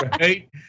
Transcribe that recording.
right